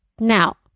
Now